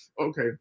Okay